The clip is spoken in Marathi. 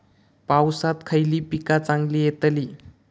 पावसात खयली पीका चांगली येतली?